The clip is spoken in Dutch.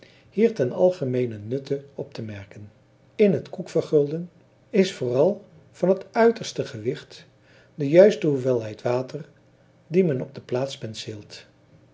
hier ten algemeenen nutte op te merken in het koekvergulden is vooral van het uiterste gewicht de juiste hoeveelheid water die men op de plaats